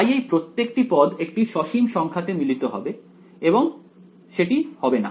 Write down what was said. তাই এই প্রত্যেকটি পদ একটি সসীম সংখ্যাতে মিলিত হবে এবং সেটি হবে না